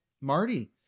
Marty